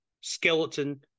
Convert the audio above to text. skeleton